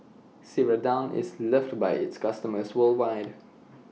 Ceradan IS loved By its customers worldwide